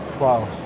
Wow